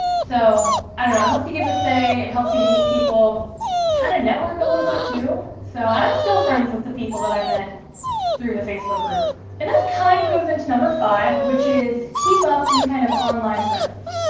so i don't know helps you give a say it helps you meet people kind of network a little bit, too so i'm still friends with the people that i met through the facebook group and this kind of goes into number five which is keep up some kind of online presence,